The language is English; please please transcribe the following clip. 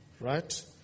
Right